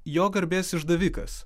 jo garbės išdavikas